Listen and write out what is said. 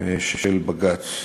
של בג"ץ.